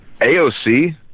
AOC